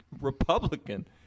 Republican